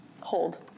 Hold